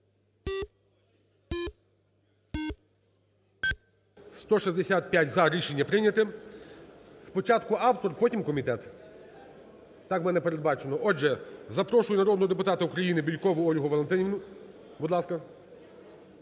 165 – за. Рішення прийняте. Спочатку автор потім комітет? Так у мене передбачено. Отже, запрошую народного депутата України Бєлькову Ольгу Валентинівну, будь ласка.